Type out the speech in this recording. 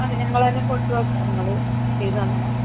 അല്ല ഞങ്ങള് തന്നെ കൊണ്ട് വെക്കാം നിങ്ങള് ചെയ്ത് തന്നാൽ മാത്രം മതി